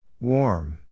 Warm